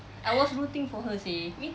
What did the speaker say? I was rooting for her seh